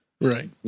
Right